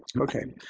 ok.